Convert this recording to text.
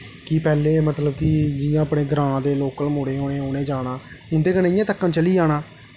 कि पैह्लें जियां मतलब कि अपने कि ग्रांऽ दे लोकल मुड़ें होना उनें जाना उं'दे कन्नै इ'यां तक्कन चली जाना